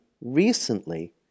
recently